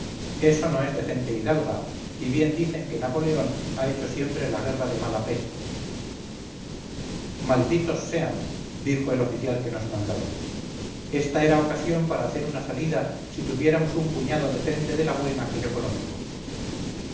eso no es de gente hidalga y bien dicen que napoleón ha hecho siempre la guerra de mala fe malditos sean dijo el oficial que nos mandaba esta era ocasión para hacer una salida si tuviéramos un puñado de gente de la buena que yo conozco